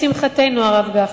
ולשמחתנו, הרב גפני,